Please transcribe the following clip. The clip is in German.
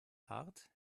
hart